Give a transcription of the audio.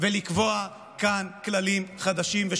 ולקבוע כאן כללים חדשים.